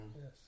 yes